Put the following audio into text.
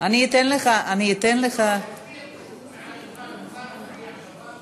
אני אחד המציעים עם חבר הכנסת סעדי.